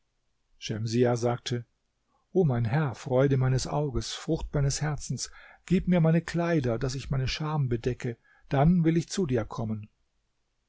sagte o mein herr freude meines auges frucht meines herzens gib mir meine kleider daß ich meine scham bedecke dann will ich zu dir kommen